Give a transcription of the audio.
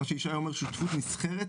מה שישי אומר שותפות נסחרת,